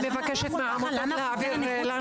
אני מבקשת מהעמותות להעביר לנו נתונים.